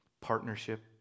partnership